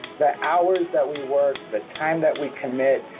the hours that we work, the time that we commit,